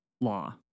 law